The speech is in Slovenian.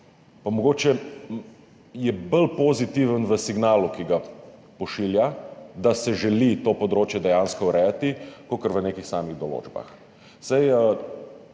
mogoče je bolj pozitiven v signalu, ki ga pošilja, da se želi to področje dejansko urejati, kakor v nekih samih določbah.